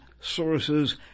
sources